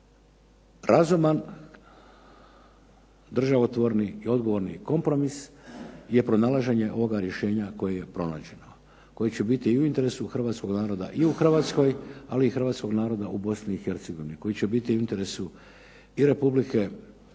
Razuman, državotvorni i odgovorni kompromis je pronalaženja ovoga rješenja koje je pronađeno koje će biti i u interesu hrvatskog naroda i u Hrvatskoj ali i hrvatskog naroda u Bosni i Hercegovini koji će biti i u interesu Republike Hrvatske